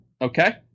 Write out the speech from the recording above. Okay